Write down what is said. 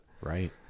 Right